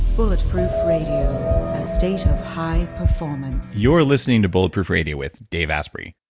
bulletproof radio, a state of high performance you're listening to bulletproof radio with dave asprey.